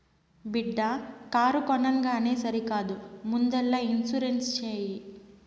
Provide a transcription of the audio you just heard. బిడ్డా కారు కొనంగానే సరికాదు ముందల ఇన్సూరెన్స్ చేయి